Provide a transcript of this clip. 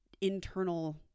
internal